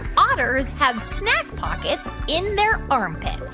otters have snack pockets in their armpits?